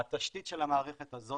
התשתית של המערכת הזו